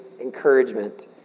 encouragement